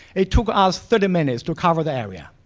it took us thirty minutes to cover that area.